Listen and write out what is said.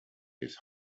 his